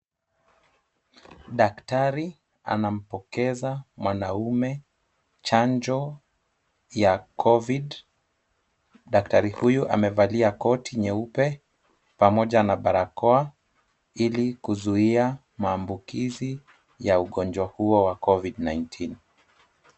Daktari anampokeza mwanaume chanjo ya covid. Daktari huyu amevalia koti nyeupe pamoja na barakoa, ili kuzuia maambukizi ya ugonjwa huo wa covid-19.